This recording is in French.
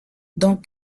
dans